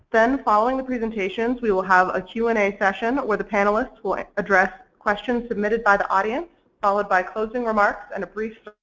then following the presentations we will have a q and a session where the panelists will address questions submitted by the audience followed by closing remarks and a brief